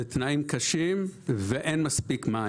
בתנאים קשים ואין מספיק מים,